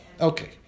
Okay